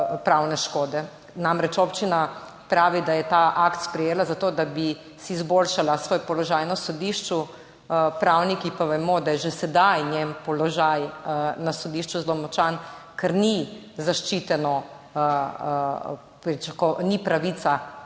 pravne škode. Namreč, občina pravi, da je ta akt sprejela, zato da bi si izboljšala svoj položaj na sodišču, pravniki pa vemo, da je že sedaj njen položaj na sodišču zelo močan, ker pravica ni